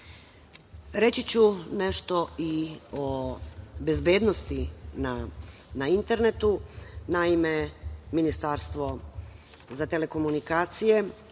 ću nešto i o bezbednosti na internetu. Naime, Ministarstvo za telekomunikacije,